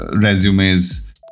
resumes